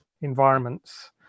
environments